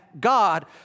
god